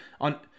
On